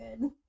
good